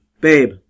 babe